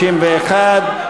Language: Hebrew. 51,